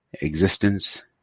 existence